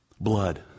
Blood